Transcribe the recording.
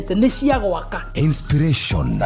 Inspiration